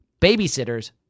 babysitters